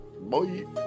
bye